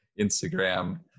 Instagram